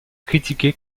critiqué